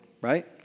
right